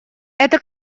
это